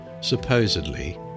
supposedly